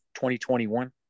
2021